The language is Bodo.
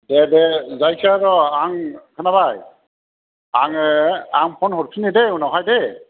दे दे जायखि र'आं खोनाबाय आङो आं फन हरफिननो दे उनाव हाय दे